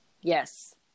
yes